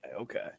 okay